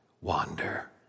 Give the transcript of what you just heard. wander